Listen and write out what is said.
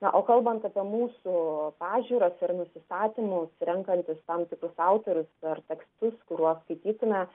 na o kalbant apie mūsų pažiūras ir nusistatymus renkantis tam tikrus autorius ar tekstus kuriuos skaitytume